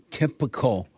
typical